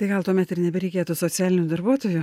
tai gal tuomet ir nebereikėtų socialinių darbuotojų